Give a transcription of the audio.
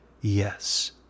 yes